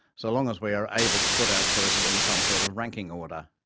so long as we are able to put our choices in some sort of ranking order.